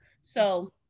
So-